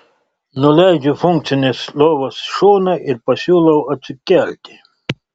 nuleidžiu funkcinės lovos šoną ir pasiūlau atsikelti